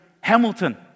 Hamilton